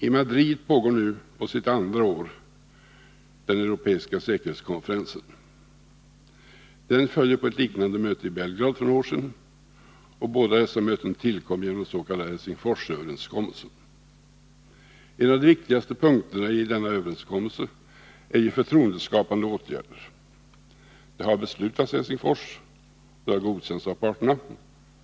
I Madrid pågår nu på sitt andra år den europeiska säkerhetskonferensen. Den följer på ett liknande möte i Belgrad för några år sedan, och båda dessa möten tillkom genom den s.k. Helsingforsöverenskommelsen. En av de viktigaste punkterna i denna överenskommelse är förtroendeskapande åtgärder. Sådana har beslutats i Helsingfors och godkänts av parterna.